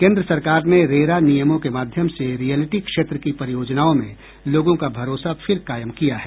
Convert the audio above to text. केन्द्र सरकार ने रेरा नियमों के माध्यम से रियलटी क्षेत्र की परियोजनाओं में लोगों का भरोसा फिर कायम किया है